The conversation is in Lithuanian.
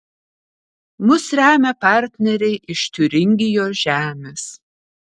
mus remia partneriai iš tiuringijos žemės